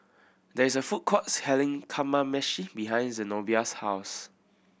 there is a food court selling Kamameshi behind Zenobia's house